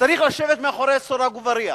הוא צריך לשבת מאחורי סורג ובריח.